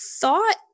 thought